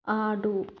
ఆడు